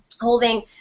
holding